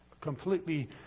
completely